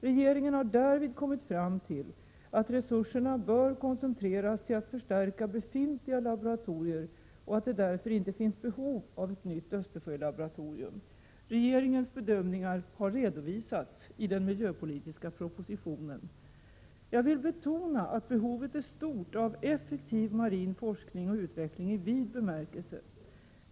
Regeringen har därvid kommit fram till att resurserna bör koncentreras till att förstärka befintliga laboratorier och att det därför inte finns behov av ett nytt Östersjölaboratorium. Regeringens bedömningar har redovisats i den miljöpolitiska propositionen. Jag vill betona att behovet är stort av effektiv marin forskning och utveckling i vid bemärkelse.